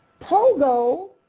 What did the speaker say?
Pogo